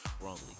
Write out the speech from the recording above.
Wrongly